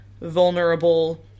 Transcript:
vulnerable